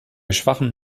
schwachem